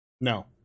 No